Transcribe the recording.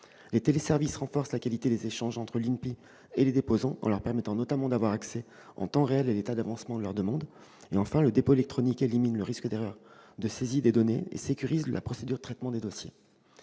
Les téléservices renforcent la qualité des échanges entre l'INPI et les déposants, en permettant notamment à ceux-ci d'avoir accès en temps réel à l'état d'avancement de leurs demandes. Enfin, le dépôt électronique élimine le risque d'erreur de saisie des données et sécurise ainsi la procédure de traitement des dossiers.